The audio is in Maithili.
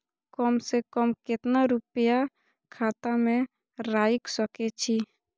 कम से कम केतना रूपया खाता में राइख सके छी?